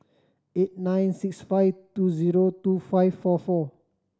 eight nine six five two zero two five four four